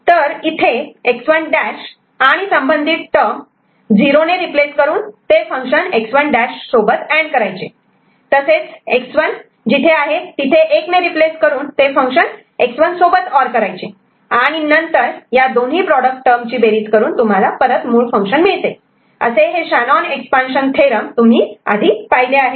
तर इथे X1' आणि संबंधित टर्म 0 ने रिप्लेस करून ते फंक्शन X1' सोबत अँड करायचे तसेच X1 जिथे आहे तिथे 1 ने रिप्लेस करून फंक्शन X1 सोबत अर् करायचे आणि नंतर या दोन्ही प्रॉडक्ट टर्म बेरीज करून तुम्हाला मुळ फंक्शन मिळते हे Shannon expansion theorem Shanon's expansion theorem तुम्ही आधी पाहिले आहे